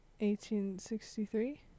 1863